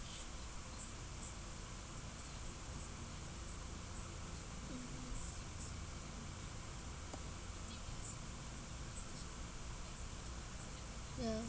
mm ya